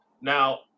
Now